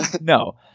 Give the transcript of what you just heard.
no